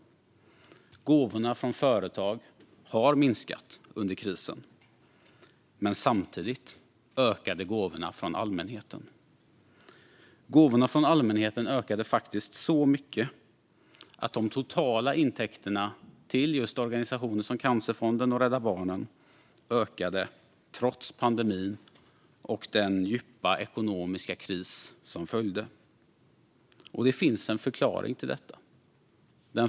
Gåvorna från företag har minskat under krisen, men samtidigt har gåvorna från allmänheten ökat. Gåvorna från allmänheten ökade faktiskt så mycket att de totala intäkterna till organisationer som Cancerfonden och Rädda Barnen ökade trots pandemin och den djupa ekonomiska kris som följde. Det finns en förklaring till detta.